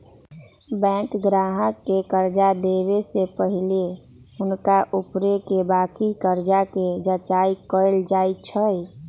bank गाहक के कर्जा देबऐ से पहिले हुनका ऊपरके बाकी कर्जा के जचाइं कएल जाइ छइ